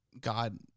God